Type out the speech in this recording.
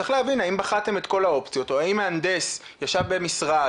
צריך להבין האם בחנתם את כל האופציות או האם מהנדס ישב במשרד,